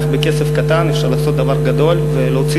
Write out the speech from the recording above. איך בכסף קטן אפשר לעשות דבר גדול ולהוציא